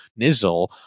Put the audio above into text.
Nizzle